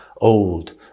old